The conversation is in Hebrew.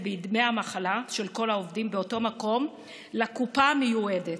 בדמי מחלה של כל העובדים באותו מקום לקופה המיועדת.